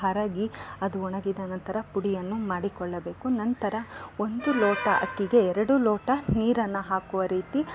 ಹರಗಿ ಅದು ಒಣಗಿದ ನಂತರ ಪುಡಿಯನ್ನು ಮಾಡಿಕೊಳ್ಳಬೇಕು ನಂತರ ಒಂದು ಲೋಟ ಅಕ್ಕಿಗೆ ಎರಡು ಲೋಟ ನೀರನ್ನು ಹಾಕುವ ರೀತಿ